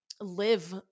live